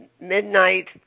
midnight